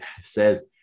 says